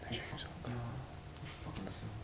go fuck ya fuck yourself